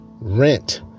rent